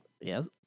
Yes